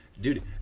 Dude